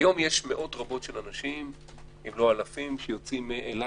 היום יש מאות רבות של אנשים אם לא אלפים שיוצאים מאילת,